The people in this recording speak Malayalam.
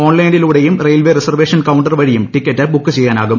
ഓൺലൈനിലൂടെയും റെയിൽവേ റിസർവ്വേഷൻ കൌണ്ടർ വഴിയും ടിക്കറ്റ് ബുക്ക് ചെയ്യാനാകും